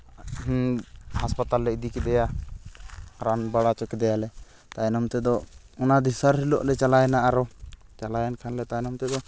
ᱦᱟᱥᱯᱟᱛᱟᱞ ᱞᱮ ᱤᱫᱤ ᱠᱮᱫᱮᱭᱟ ᱨᱟᱱ ᱵᱟᱲᱟ ᱦᱚᱪᱚ ᱠᱮᱫᱮᱭᱟᱞᱮ ᱛᱟᱭᱱᱚᱢ ᱛᱮᱫᱚ ᱚᱱᱟ ᱫᱚᱥᱟᱨ ᱦᱤᱞᱳᱜ ᱞᱮ ᱪᱟᱞᱟᱣᱮᱱᱟ ᱟᱨᱚ ᱪᱟᱞᱟᱣᱮᱱ ᱠᱷᱟᱱ ᱫᱚ ᱛᱟᱭᱱᱚᱢ ᱛᱮᱫᱚ